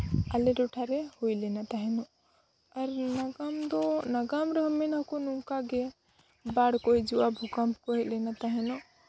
ᱟᱞᱮ ᱴᱚᱴᱷᱟᱨᱮ ᱦᱩᱭ ᱞᱮᱱᱟ ᱛᱟᱦᱮᱱ ᱟᱨ ᱱᱟᱜᱟᱢ ᱫᱚ ᱱᱟᱜᱟᱢ ᱨᱮᱦᱚᱸ ᱢᱮᱱ ᱟᱠᱚ ᱱᱚᱝᱠᱟ ᱜᱮ ᱵᱟᱲ ᱠᱚ ᱦᱤᱡᱩᱜᱼᱟ ᱵᱷᱩᱠᱟᱢ ᱠᱚ ᱦᱮᱡ ᱞᱮᱱ ᱛᱟᱦᱮᱱᱚᱜ